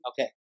okay